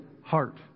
heart